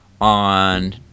on